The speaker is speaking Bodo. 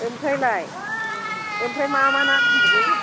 आमफ्रायलाय आमफ्राय मा मा ना नांबावगौ